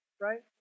right